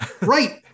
Right